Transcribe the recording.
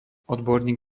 odborník